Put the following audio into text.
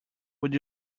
would